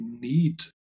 need